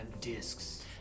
discs